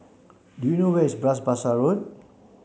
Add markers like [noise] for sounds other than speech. do you wish Bras Basah [unintelligible]